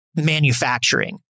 manufacturing